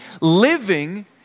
living